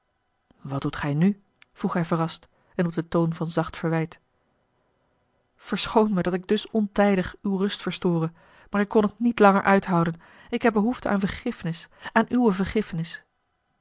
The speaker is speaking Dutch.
wat doet gij nu vroeg hij verrast en op den toon van zacht verwijt verschoon me dat ik dus ontijdig uwe ruste store maar ik kon het niet langer uithouden ik heb behoefte aan vergiffenis aan uwe vergiffenis